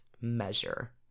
measure